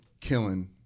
killing